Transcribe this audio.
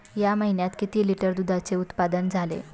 या महीन्यात किती लिटर दुधाचे उत्पादन झाले?